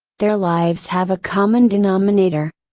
their lives have a common denominator.